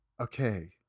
okay